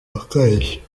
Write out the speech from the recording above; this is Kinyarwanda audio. akarishye